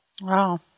Wow